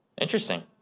Interesting